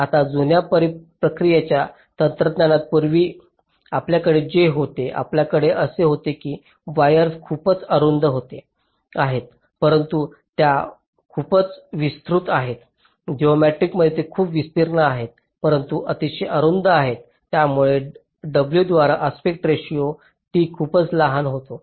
आता जुन्या प्रक्रियेच्या तंत्रज्ञानात पूर्वी आपल्याकडे जे होते आमच्याकडे असे होते की वायर्स खूपच अरुंद आहेत परंतु त्या खूपच विस्तृत आहेत जओमेट्रीएसमध्ये ते खूप विस्तीर्ण आहेत परंतु अतिशय अरुंद आहेत त्यामुळे w द्वाराचे आस्पेक्ट रेशिओ t खूपच लहान होते